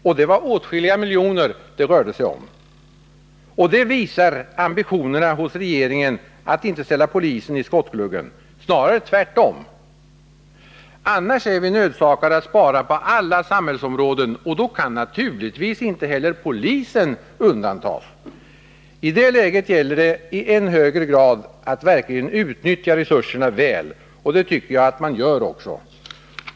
Det kostade åtskilliga miljoner kronor, och det visar ambitionerna hos regeringen att inte ställa polisen i skottgluggen — snarare tvärtom. Annars är vi ju nödsakade att spara på alla samhällsområden, och då kan naturligtvis inte heller polisen undantas. I det läget gäller det i än högre grad att verkligen utnyttja resurserna väl — och det tycker jag att man gör också.